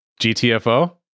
gtfo